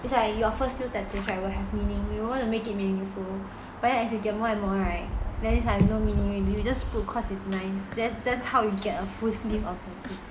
it's like you offer still tend to have a have meaning you want to make it meaningful whereas as you get more and more right then I just had no meaning you knew just to cause it's nice there's that's how we get a full sleeve of